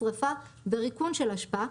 שריפה וריקון של אשפה,